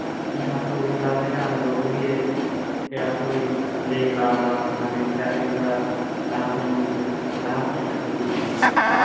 ᱤᱧ ᱢᱟᱛᱚ ᱵᱟᱹᱧ ᱪᱟᱞᱟᱣ ᱫᱟᱲᱮᱭᱟᱜ ᱠᱟᱱ ᱟᱫᱚ ᱵᱟᱹᱵᱩ ᱜᱮ ᱯᱮᱲᱟ ᱠᱚᱭ ᱞᱟᱹᱭ ᱵᱟᱲᱟᱣ ᱠᱚᱣᱟ ᱚᱱᱟ ᱞᱟᱹᱜᱤᱫ ᱚᱱᱟ ᱞᱟᱹᱜᱤᱫ ᱛᱷᱚᱲᱟ ᱞᱟᱦᱟ ᱠᱷᱚᱡ ᱤᱧ ᱟᱹᱜᱩᱭᱮᱫᱮ ᱠᱟᱱᱟ